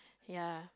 ya